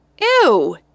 Ew